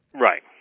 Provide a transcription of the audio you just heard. right